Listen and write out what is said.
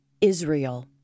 Israel